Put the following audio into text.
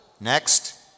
Next